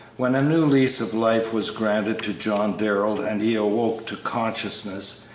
when a new lease of life was granted to john darrell and he awoke to consciousness,